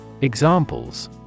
Examples